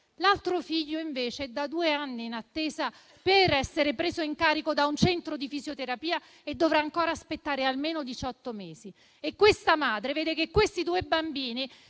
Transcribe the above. l'altro figlio, invece, è da due anni in attesa di essere preso in carico da un centro di fisioterapia e dovrà ancora aspettare almeno diciotto mesi. Questa madre vede che questi due bambini